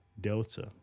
Delta